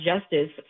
justice